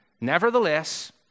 Nevertheless